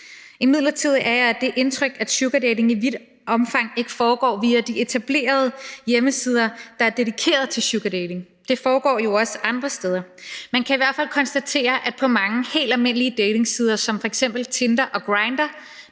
Imidlertid er jeg af det indtryk, at sugardating i vidt omfang ikke foregår via de etablerede hjemmesider, der er dedikeret til sugardating, men det foregår jo også andre steder. Man kan i hvert fald konstatere, at man på mange helt almindelige datingsider som f.eks. Tinder og Grindr